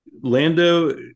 Lando